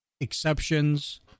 exceptions